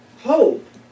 Hope